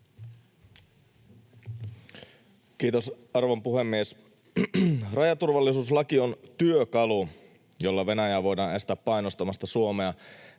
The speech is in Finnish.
Kiitos, arvon puhemies! Rajaturvallisuuslaki on työkalu, jolla Venäjää voidaan estää painostamasta Suomea